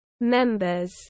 members